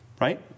Right